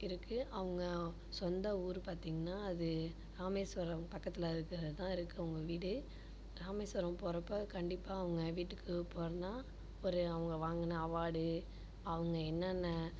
இருக்குது அவங்க சொந்த ஊர் பார்த்திங்ன்னா அது ராமேஸ்வரம் பக்கத்தில் இருக்கிறது தான் இருக்குது அவங்க வீடு ராமேஸ்வரம் போகிறப்ப கண்டிப்பாக அவங்க வீட்டுக்கு போனால் ஒரு அவங்க வாங்கின அவார்டு அவங்க என்னென்ன